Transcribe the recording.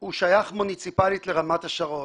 שייף מוניציפלית לרמת השרון.